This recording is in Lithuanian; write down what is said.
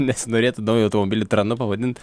nesinorėtų naują automobilį tranu pavadint